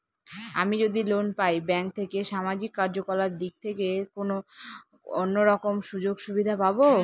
আমি যদি লোন পাই ব্যাংক থেকে সামাজিক কার্যকলাপ দিক থেকে কোনো অন্য রকম সুযোগ সুবিধা পাবো?